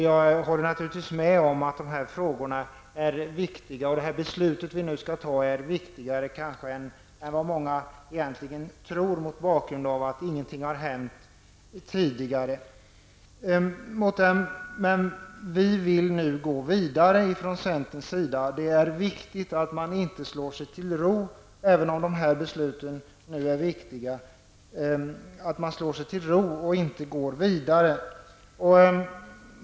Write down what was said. Jag håller naturligtvis med om att dessa frågor är viktiga och att det beslut som vi nu skall fatta kanske är viktigare än många tror med tanke på att ingenting har hänt tidigare. Vi vill från centerns sida nu gå vidare. Det är viktigt att vi inte slår oss till ro i och med att vi har fattat beslutet.